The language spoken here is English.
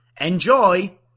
Enjoy